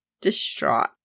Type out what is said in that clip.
distraught